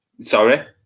Sorry